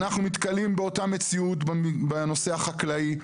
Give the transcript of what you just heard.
אנחנו נתקלים באותה מציאות בנושא החקלאי.